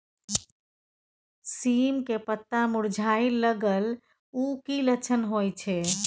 सीम के पत्ता मुरझाय लगल उ कि लक्षण होय छै?